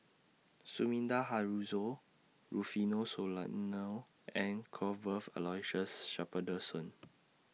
Sumida Haruzo Rufino Soliano and Cuthbert Aloysius Shepherdson